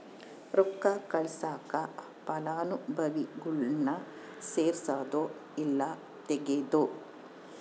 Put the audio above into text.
ರೊಕ್ಕ ಕಳ್ಸಾಕ ಫಲಾನುಭವಿಗುಳ್ನ ಸೇರ್ಸದು ಇಲ್ಲಾ ತೆಗೇದು